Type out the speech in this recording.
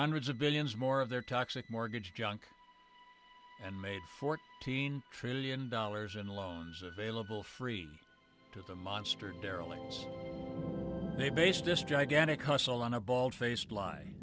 hundreds of billions more of their toxic mortgage junk and made four teen trillion dollars in loans available free to the monster derelicts they base just gigantic hustle on a bald faced lie